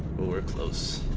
where close